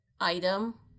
item